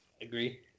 Agree